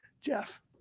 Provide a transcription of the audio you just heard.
Jeff